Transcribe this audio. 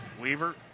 Weaver